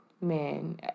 Man